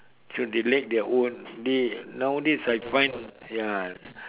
should they let their own they nowadays I find ya